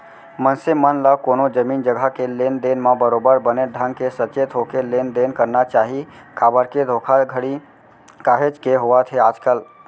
मनसे मन ल कोनो जमीन जघा के लेन देन म बरोबर बने ढंग के सचेत होके लेन देन करना चाही काबर के धोखाघड़ी काहेच के होवत हे आजकल